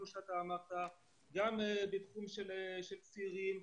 גם בתחום הצעירים,